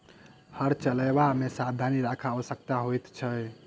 हर चलयबा मे सावधानी राखब आवश्यक होइत अछि